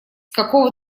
какого